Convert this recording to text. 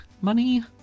money